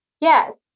Yes